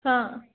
हां